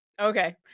Okay